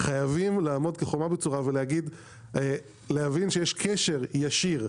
חייבים לעמוד כחומה בצורה ולהבין שיש קשר ישיר.